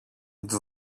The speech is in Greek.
του